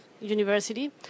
university